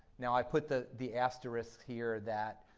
now, i put the the asterisks here that